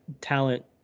talent